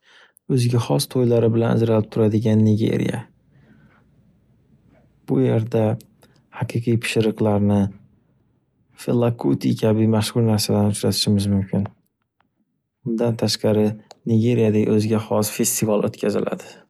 O’ziga xos to’ylari bilan ajralib turadigan Nigeriya. Bu yerda haqiqiy pishiriqlarni, Fellakuti kabi mashxur narsalarni uchratishimiz mumkin. Undan tashqari Nigeriyada o’ziga xos festival o’tkaziladi.